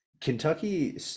Kentucky